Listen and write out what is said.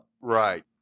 Right